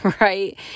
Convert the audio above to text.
right